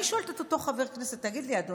אני שואלת את אותו חבר כנסת: תגיד לי, אדוני,